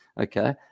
Okay